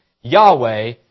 Yahweh